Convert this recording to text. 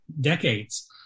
decades